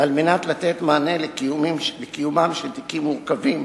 וכדי לתת מענה לקיומם של תיקים מורכבים